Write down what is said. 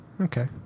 Okay